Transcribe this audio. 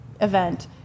event